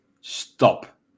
stop